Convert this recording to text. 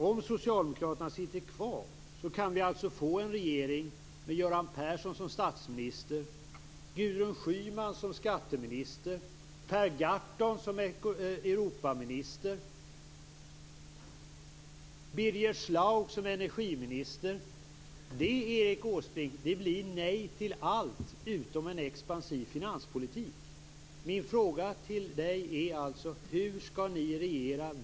Om Socialdemokraterna sitter kvar kan vi alltså få en regering med Göran Persson som statsminister, Gudrun Schyman som skatteminister, Per Gahrton som Europaminister, Birger Schlaug som energiminister. Det, Erik Åsbrink, blir nej till allt utom en expansiv finanspolitik. Min fråga till Erik Åsbrink är alltså: Hur skall ni regera?